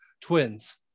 twins